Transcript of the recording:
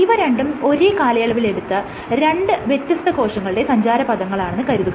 ഇവ രണ്ടും ഒരേ കാലയളവിൽ എടുത്ത രണ്ട് വ്യത്യസ്ത കോശങ്ങളുടെ സഞ്ചാരപഥങ്ങളാണെന്ന് കരുതുക